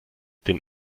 den